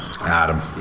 Adam